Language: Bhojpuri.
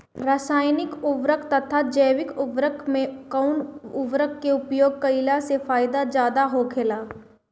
रसायनिक उर्वरक तथा जैविक उर्वरक में कउन उर्वरक के उपयोग कइला से पैदावार ज्यादा होखेला?